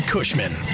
Cushman